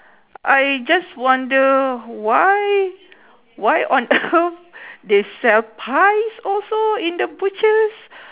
I just wonder why why on earth they sell pies also in the butcher's